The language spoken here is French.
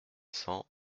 cents